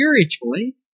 spiritually